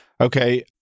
Okay